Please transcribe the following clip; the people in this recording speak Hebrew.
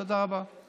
תודה רבה.